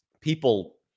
people